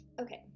Okay